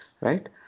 Right